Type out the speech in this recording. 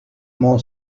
mon